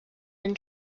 been